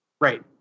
right